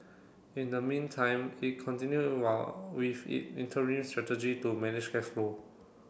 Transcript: in the meantime it continued while with it interim strategy to manage cash flow